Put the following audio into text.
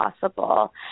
possible